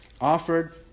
offered